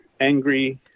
angry